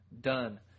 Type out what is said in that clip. done